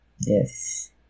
Yes